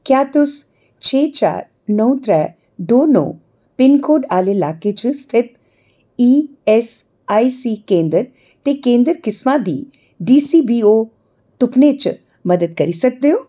क्या तुस छे चार नौ त्रै दो नौ पिनकोड आह्ले लाके च स्थित ईऐस्सआईसी केंदर ते केंदर किस्मा दी डीसीबीओ तुप्पने च मदद करी सकदे ओ